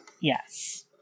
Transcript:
Yes